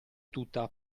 tutta